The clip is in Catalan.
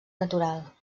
natural